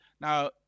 now